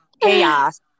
chaos